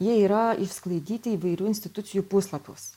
jie yra išsklaidyti įvairių institucijų puslapiuos